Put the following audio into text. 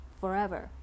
forever